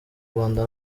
rwanda